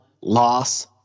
loss